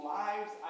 lives